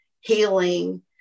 healing